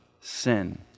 sin